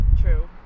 true